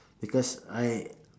because I